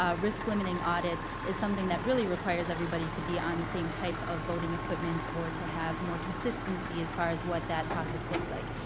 ah risk-limiting audits is something that requires everybody to be on the same type of voting equipment or to have more consistency as far as what that process looks like.